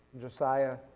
Josiah